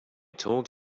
told